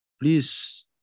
please